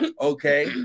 Okay